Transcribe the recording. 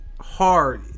hard